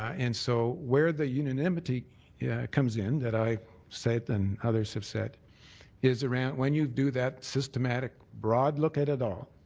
ah and so where the unanimity yeah comes in that i said and others have said is when you do that systematic broad look at it all,